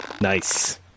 nice